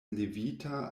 levita